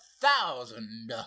thousand